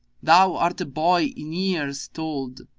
thou art a boy in years told,